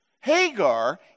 Hagar